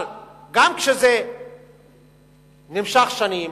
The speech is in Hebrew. אבל גם כשזה נמשך שנים